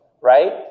right